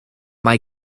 mae